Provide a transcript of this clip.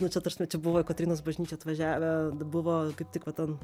nu čia ta prasme čia buvo į kotrynos bažnyčią atvažiavę buvo kaip tik va ten